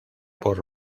por